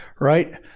right